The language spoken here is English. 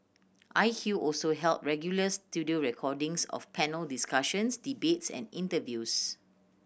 I Q also held regular studio recordings of panel discussions debates and interviews